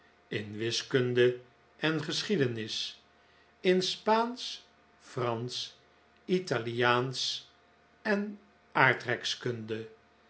in wiskunde en geschiedenis in spaansch fransch italiaansch en aardrijkskunde